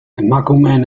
emakumeen